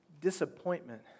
Disappointment